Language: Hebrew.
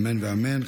אמן ואמן.